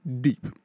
deep